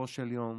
בסופו של יום